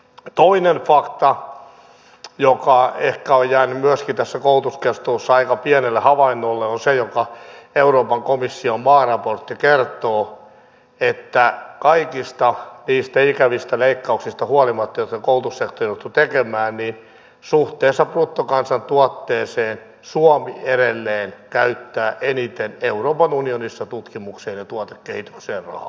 kolmas fakta joka ehkä on jäänyt myöskin tässä koulutuskeskustelussa aika pienelle havainnolle on se minkä euroopan komission maaraportti kertoo eli että kaikista niistä ikävistä leikkauksista huolimatta joita koulutussektorille on jouduttu tekemään suhteessa bruttokansantuotteeseen suomi edelleen käyttää eniten euroopan unionissa tutkimukseen ja tuotekehitykseen rahaa